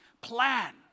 plan